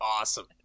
awesome